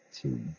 two